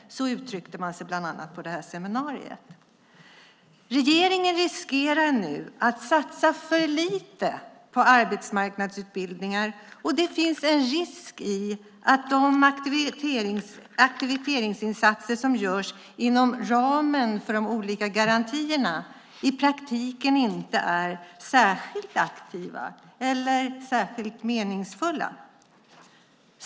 Så uttryckte man sig bland annat på detta seminarium. Regeringen riskerar nu att satsa för lite på arbetsmarknadsutbildningar, och det finns en risk för att de aktiviseringsinsatser som görs inom ramen för de olika garantierna i praktiken inte är särskilt aktiva eller särskilt meningsfulla.